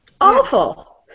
Awful